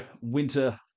winter